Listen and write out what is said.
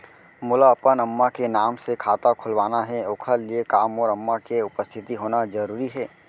मोला अपन अम्मा के नाम से खाता खोलवाना हे ओखर लिए का मोर अम्मा के उपस्थित होना जरूरी हे?